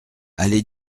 allez